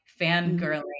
fangirling